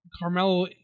Carmelo